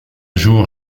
jour